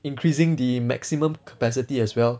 increasing the maximum capacity as well